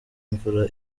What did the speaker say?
imvura